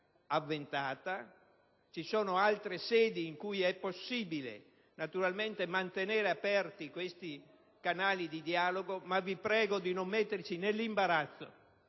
Naturalmente ci sono altre sedi in cui è possibile mantenere aperti questi canali di dialogo, ma vi prego di non metterci nell'imbarazzo